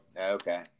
Okay